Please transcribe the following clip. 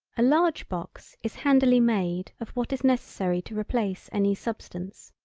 a large box is handily made of what is necessary to replace any substance.